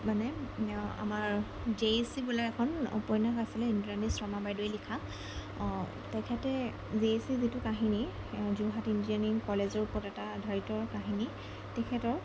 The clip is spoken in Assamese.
মানে আমাৰ জে ই চি বোলা এখন উপন্যাস আছিলে ইন্দ্ৰাণী শৰ্মা বাইদেৱে লিখা তেখেতে জে ই চি যিটো কাহিনী যোৰহাট ইঞ্জিনিয়াৰিং কলেজৰ ওপৰত এটা আধাৰিত কাহিনী তেখেতৰ